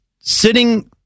sitting